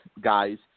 guys